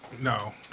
No